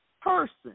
person